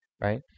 right